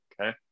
okay